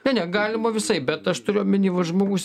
ne ne galima visaip bet aš turiu omeny vat žmogus